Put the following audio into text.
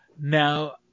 Now